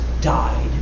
died